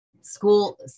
school